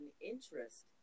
interest